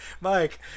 Mike